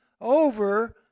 over